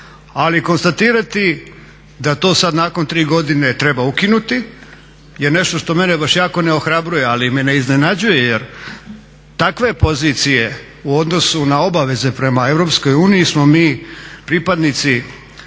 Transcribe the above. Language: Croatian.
Ali konstatirati da to sad nakon tri godine treba ukinuti je nešto što mene baš jako ne ohrabruje, ali me ne iznenađuje. Jer takve pozicije u odnosu na obaveze prema EU smo mi pripadnici